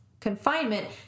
Confinement